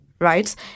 right